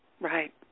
Right